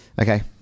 Okay